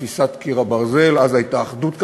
כתפיסת "קיר הברזל" אז הייתה אחדות כנראה,